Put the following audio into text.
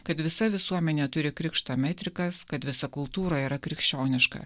kad visa visuomenė turi krikšto metrikas kad visa kultūra yra krikščioniška